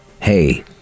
hey